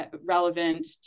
relevant